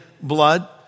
blood